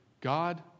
God